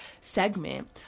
segment